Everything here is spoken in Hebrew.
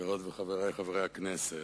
חברות וחברי חברי הכנסת,